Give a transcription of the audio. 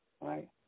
right